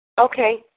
Okay